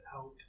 out